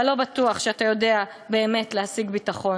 אבל לא בטוח שאתה יודע באמת להשיג ביטחון.